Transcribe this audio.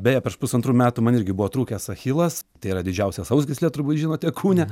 beje prieš pusantrų metų man irgi buvo trūkęs achilas tai yra didžiausia sausgyslė turbūt žinote kūne